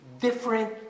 different